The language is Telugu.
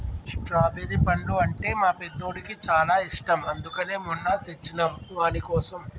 స్ట్రాబెరి పండ్లు అంటే మా పెద్దోడికి చాలా ఇష్టం అందుకనే మొన్న తెచ్చినం వానికోసం